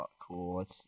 cool